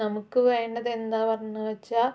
നമുക്ക് വേണ്ടത് എന്താ പറഞ്ഞു വെച്ചാൽ